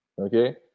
okay